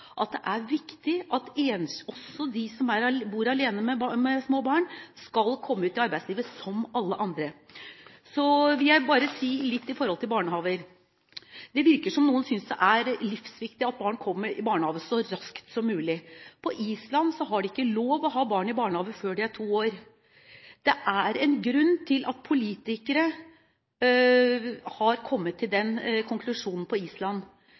at det er viktig at også de som bor alene med små barn, skal komme ut i arbeidslivet – som alle andre. Så vil jeg si litt om barnehager. Det virker som om noen synes det er livsviktig at barn kommer i barnehage så raskt som mulig. På Island har de ikke lov til å ha barn i barnehage før de er to år gamle. Det er en grunn til at politikere på Island har kommet til den konklusjonen, og jeg synes man bør se litt nærmere på